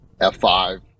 F5